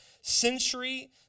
century